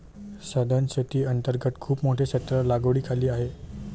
सधन शेती अंतर्गत खूप मोठे क्षेत्र लागवडीखाली आहे